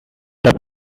the